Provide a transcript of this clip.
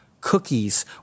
cookies